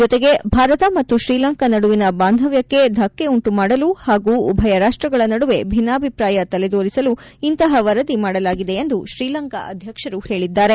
ಜತೆಗೆ ಭಾರತ ಮತ್ತು ಶ್ರೀಲಂಕಾ ನಡುವಿನ ಬಾಂಧವ್ಯಕ್ಕೆ ದಕ್ಕೆಯುಂಟುಮಾಡಲು ಹಾಗೂ ಉಭಯ ರಾಷ್ಟಗಳ ನಡುವೆ ಭಿನ್ನಾಭಿಪ್ರಾಯ ತರೆದೋರಿಸಲು ಇಂತಹ ವರದಿ ಮಾಡಲಾಗಿದೆ ಎಂದು ಶ್ರೀಲಂಕಾ ಅಧ್ಯಕ್ಷರು ಹೇಳಿದ್ದಾರೆ